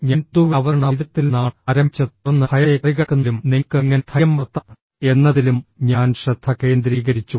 ഞാൻ പൊതുവെ അവതരണ വൈദഗ്ധ്യത്തിൽ നിന്നാണ് ആരംഭിച്ചത് തുടർന്ന് ഭയത്തെ മറികടക്കുന്നതിലും നിങ്ങൾക്ക് എങ്ങനെ ധൈര്യം വളർത്താം എന്നതിലും ഞാൻ ശ്രദ്ധ കേന്ദ്രീകരിച്ചു